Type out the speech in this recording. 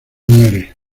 muere